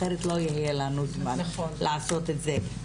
אחרת לא יהיה לנו זמן לעשות את זה.